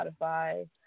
Spotify